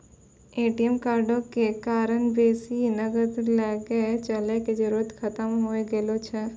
ATM कार्डो के कारण बेसी नगद लैके चलै के जरुरत खतम होय गेलो छै